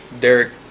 Derek